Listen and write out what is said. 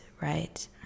right